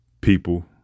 People